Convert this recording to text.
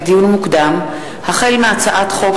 לדיון מוקדם: החל בהצעת חוק